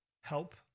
help